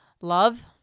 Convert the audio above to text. love